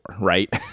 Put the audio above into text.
right